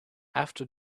after